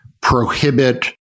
prohibit